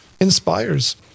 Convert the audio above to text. inspires